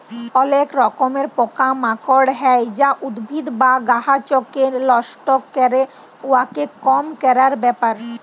অলেক রকমের পকা মাকড় হ্যয় যা উদ্ভিদ বা গাহাচকে লষ্ট ক্যরে, উয়াকে কম ক্যরার ব্যাপার